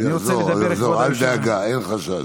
הוא יחזור, הוא יחזור, אל דאגה, אין חשש.